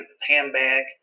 handbag